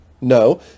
No